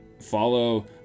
follow